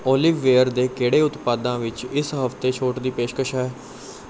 ਓਲੀ ਵੇਅਰ ਦੇ ਕਿਹੜੇ ਉਤਪਾਦਾਂ ਵਿੱਚ ਇਸ ਹਫ਼ਤੇ ਛੋਟ ਦੀ ਪੇਸ਼ਕਸ਼ ਹੈ